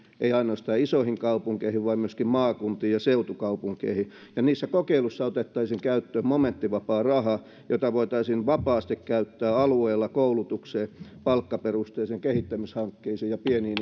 ei ainoastaan isoihin kaupunkeihin vaan myöskin maakuntiin ja seutukaupunkeihin ja niissä kokeiluissa otettaisiin käyttöön momenttivapaa raha jota voitaisiin vapaasti käyttää alueella koulutukseen palkkaperusteisiin kehittämishankkeisiin ja pieniin